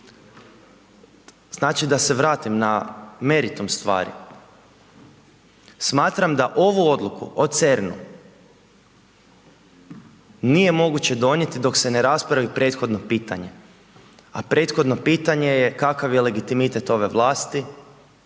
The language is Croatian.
Znači da se vratim na meritum stvari. Smatram da ovu odluku o CERN-u nije moguće donijeti dok se ne raspravi prethodno pitanje. A prethodno pitanje je kakav je legitimitet ove vlasti